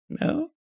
No